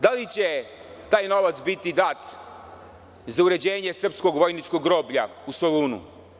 Da li će taj novac biti dat za uređenje Srpskog vojničkog groblja u Solunu?